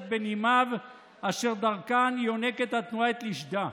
בנימין אשר דרכן יונקת התנועה את לשדה?